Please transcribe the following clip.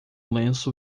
lenço